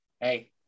Hey